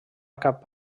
cap